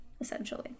essentially